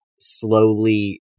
slowly